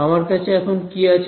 আমার কাছে এখন কি আছে